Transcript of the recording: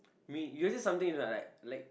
me your just something are like